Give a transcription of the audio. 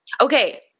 okay